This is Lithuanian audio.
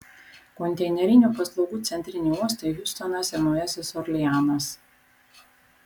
konteinerinių paslaugų centriniai uostai hjustonas ir naujasis orleanas